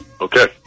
Okay